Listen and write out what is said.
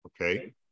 Okay